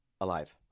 Alive